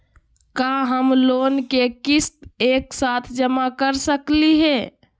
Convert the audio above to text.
का हम लोन के किस्त एक साथ जमा कर सकली हे?